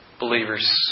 Believers